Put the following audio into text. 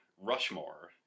Rushmore